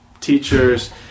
teachers